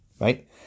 Right